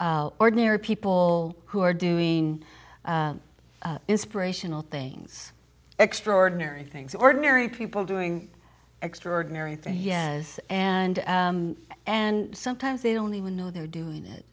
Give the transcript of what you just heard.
ordinary people who are doing inspirational things extraordinary things ordinary people doing extraordinary things as and and sometimes they don't even know they're doing it